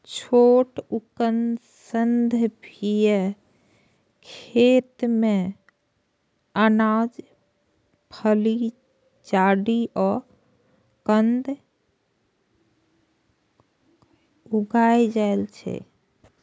छोट उष्णकटिबंधीय खेत मे अनाज, फली, जड़ि आ कंद उगाएल जाइ छै